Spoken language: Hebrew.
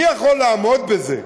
מי יכול לעמוד בזה?